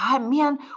man